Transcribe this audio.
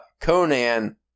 Conan